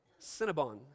Cinnabon